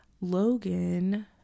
Logan